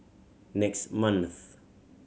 next month